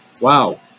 wow